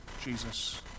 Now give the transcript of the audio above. Jesus